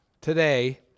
today